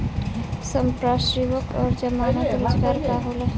संपार्श्विक और जमानत रोजगार का होला?